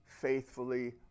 faithfully